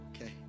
okay